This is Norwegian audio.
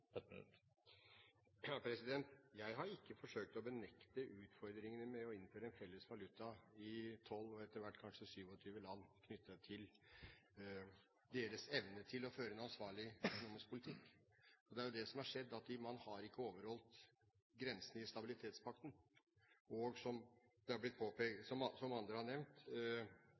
Jeg har ikke forsøkt å benekte utfordringene med å innføre en felles valuta i tolv og etter hvert kanskje 27 land knyttet til deres evne til å føre en ansvarlig økonomisk politikk. Det er jo det som har skjedd, at man ikke har overholdt grensene i stabilitetspakten. Og som